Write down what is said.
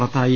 പുറത്തായി